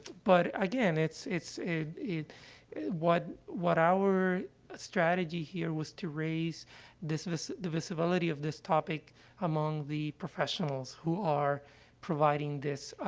but, again, it's it's it it what what our strategy here was, to raise this the visibility of this topic among the professionals who are providing this,